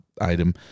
item